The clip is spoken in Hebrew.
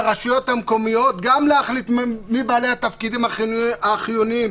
לרשויות המקומיות גם להחליט מי בעלי התפקידים החיוניים,